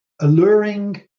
alluring